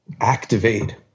activate